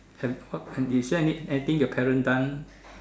have what is there any anything your parents done